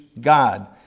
God